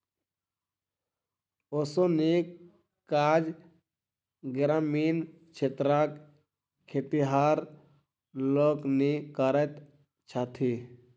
ओसौनीक काज ग्रामीण क्षेत्रक खेतिहर लोकनि करैत छथि